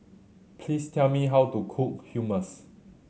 please tell me how to cook Hummus